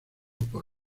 por